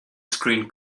screen